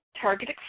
Target